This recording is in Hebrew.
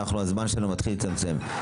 הזמן שלנו מתחיל להצטמצם.